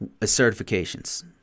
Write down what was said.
certifications